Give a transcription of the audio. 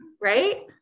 right